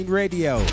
radio